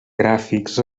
gràfics